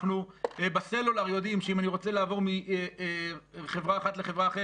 אנחנו בסלולר יודעים שאם אני רוצה לעבור מחברה אחת לחברה אחרת,